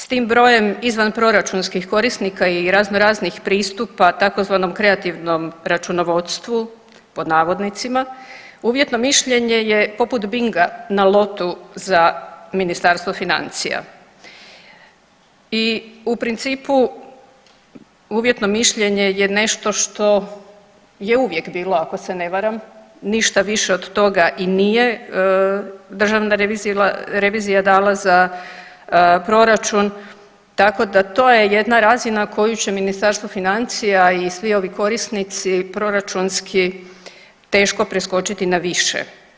S tim brojem izvanproračunskih korisnika i razno raznih pristupa tzv. kreativnom računovodstvu pod navodnicima uvjetno mišljenje je poput binga na lotu za Ministarstvo financija i u principu uvjetno mišljenje je nešto što je uvijek bilo ako se ne varam ništa više od toga i nije državna revizija dala za proračun, tako da to je jedna razina koju će Ministarstvo financija i svi ovi korisnici proračunski teško preskočiti na više.